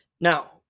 Now